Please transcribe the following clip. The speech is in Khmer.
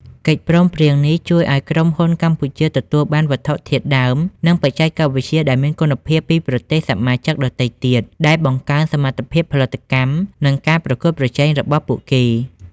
កិច្ចព្រមព្រៀងនេះជួយឲ្យក្រុមហ៊ុនកម្ពុជាទទួលបានវត្ថុធាតុដើម និងបច្ចេកវិទ្យាដែលមានគុណភាពពីប្រទេសសមាជិកដទៃទៀត ដែលបង្កើនសមត្ថភាពផលិតកម្ម និងការប្រកួតប្រជែងរបស់ពួកគេ។